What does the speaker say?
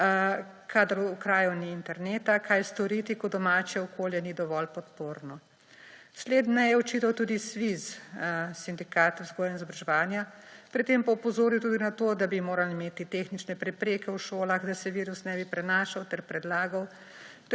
kadar v kraju ni interneta, kaj storiti, ko domače okolje ni dovolj podporno. Slednje je učilo tudi SVIZ, Sindikat vzgoje in izobraževanja, pri tem pa opozoril tudi na to, da bi morali imeti tehnične prepreke v šolah, da se virus ne bi prenašal ter predlagal,